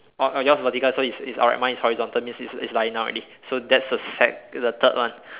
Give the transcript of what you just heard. oh oh yours vertical so it's it's upright mine is horizontal means it's it's lying down already so that's the sec~ the third one